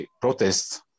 protests